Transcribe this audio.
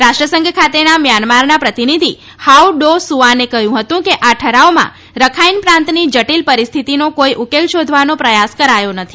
રાષ્ટ્રસંઘ ખાતેના મ્યાન્મારના પ્રતિનિધિ હાઉ ડો સુઆને કહ્યું હતું કે આ ઠરાવમાં રખાઈન પ્રાંતની જટીલ પરિસ્થિતિનો કોઈ ઉકેલ શોધવાનો પ્રયાસ કરાયો નથી